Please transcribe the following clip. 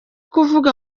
kuvuga